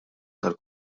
tal